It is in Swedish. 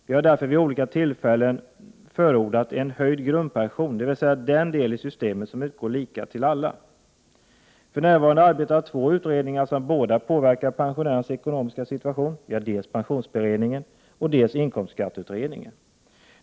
Vi har därför vid olika tillfällen förordat en höjning av grundpensionen, dvs. den del i systemet som utgår lika till alla. För närvarande arbetar två utredningar som båda påverkar pensionärernas ekonomiska situation, dels pensionsberedningen, dels inkomstskatteutredningen.